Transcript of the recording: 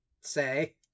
say